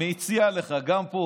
מציע לך גם פה: